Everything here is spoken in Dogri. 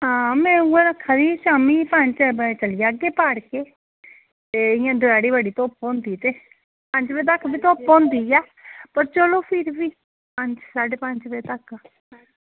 हां मैं उऐ आक्खा दी ही शाम्मी पंज चार पंज चली जागे पार्के ते इ'य्यां दपैह्री बड़ी धुप्प होंदी ते पंज बजे तक वी धुप्प होंदी ऐ पर चलो फिर वी पंज साढे पंज बजे तक